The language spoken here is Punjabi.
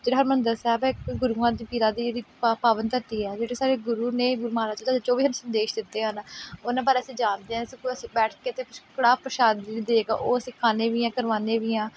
ਜਿਹੜਾ ਹਰਿਮੰਦਰ ਸਾਹਿਬ ਹੈ ਗੁਰੂਆਂ ਦੀ ਪੀਰਾਂ ਦੀ ਜਿਹੜੀ ਪਾ ਪਾਵਨ ਧਰਤੀ ਹੈ ਜਿਹੜੇ ਸਾਡੇ ਗੁਰੂ ਨੇ ਗੁਰੂ ਮਹਾਰਾਜ ਜੋ ਵੀ ਨੇ ਜੋ ਵੀ ਸਾਨੂੰ ਸੰਦੇਸ਼ ਦਿੱਤੇ ਹਨ ਉਹਨਾਂ ਬਾਰੇ ਅਸੀਂ ਜਾਣਦੇ ਹਾਂ ਬੈਠ ਕੇ ਅਸੀਂ ਕੜਾਹ ਪ੍ਰਸ਼ਾਦਿ ਦੀ ਦੇਗ਼ ਉਹ ਅਸੀਂ ਖਾਂਦੇ ਵੀ ਹਾਂ ਅਤੇ ਕਰਵਾਉਂਦੇ ਵੀ ਹਾਂ